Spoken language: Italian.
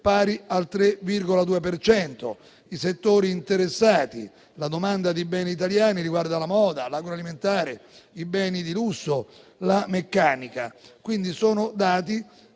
per cento. I settori interessati e la domanda di beni italiani riguardano la moda, l'agroalimentare, i beni di lusso e la meccanica. Sono dati